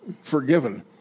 forgiven